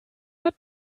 hand